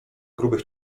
grubych